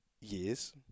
years